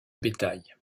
bétail